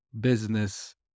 business